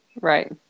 Right